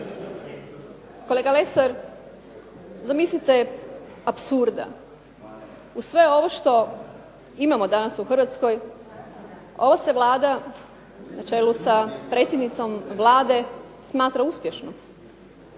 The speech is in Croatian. Kolega Lesar, …/Ne razumije se./… apsurda, uz sve ovo što imamo danas u Hrvatskoj, ova se Vlada na čelu sa predsjednicom Vlade smatra uspješnom,